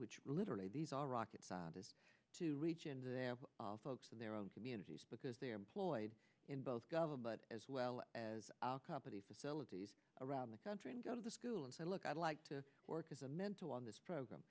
which literally these are rocket scientists to reach into their folks in their own communities because they're employed in both government as well as our company facilities around the country and go to the school and say look i'd like to work as a mental on this program